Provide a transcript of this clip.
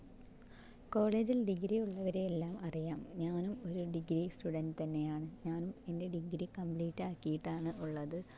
കോളേജിൽ ഡിഗ്രിയുള്ളവരെ എല്ലാം അറിയാം ഞാനും ഒരു ഡിഗ്രി സ്ടുടെന്റ്റ് തന്നെയാണ് ഞാനും എൻ്റെ ഡിഗ്രി കമ്പ്ലീറ്റാക്കീട്ടാണ് ഉള്ളത്